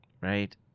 right